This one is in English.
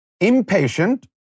impatient